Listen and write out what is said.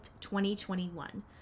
2021